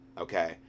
Okay